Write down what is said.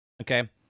okay